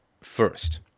first